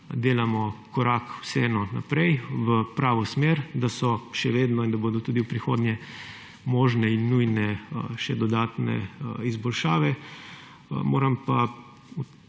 delamo korak vseeno naprej, v pravo smer, da so še vedno in da bodo tudi v prihodnje možne in nujne še dodatne izboljšave. Moram pa